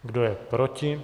Kdo je proti?